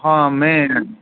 হা মে